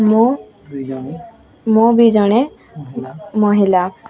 ମୁଁ ବି ଜଣେ ମହିଳା